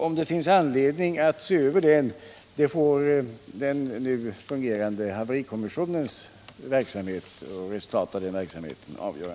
Om det finns anledning att se över den får resultatet av den nu fungerande haverikommissionens verksamhet avgöra.